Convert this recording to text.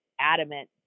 adamant